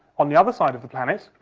on the other side of the planet,